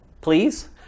please